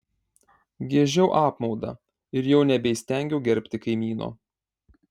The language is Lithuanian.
giežiau apmaudą ir jau nebeįstengiau gerbti kaimyno